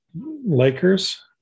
Lakers